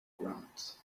ground